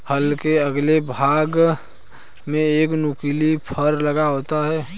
हल के अगले भाग में एक नुकीला फर लगा होता है